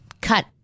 cut